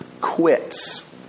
quits